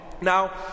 Now